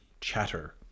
chatter